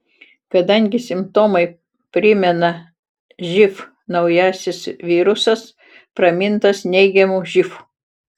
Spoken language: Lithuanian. kadangi simptomai primena živ naujasis virusas pramintas neigiamu živ